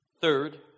Third